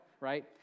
right